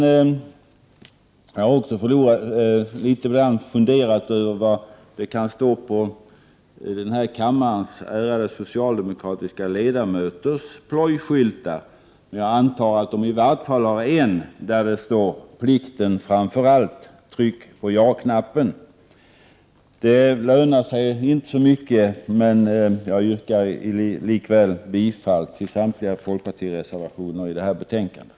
Jag har också litet grand funderat över vad det kan stå på kammarens ärade socialdemokratiska ledamöters plojskyltar. Jag antar att de i vart fall har en där det står: ”Plikten framför allt — tryck på ja-knappen!” Det lönar sig inte så mycket, men jag yrkar likväl bifall till samtliga folkpartireservationer vid betänkandet.